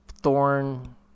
thorn